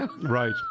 Right